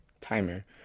timer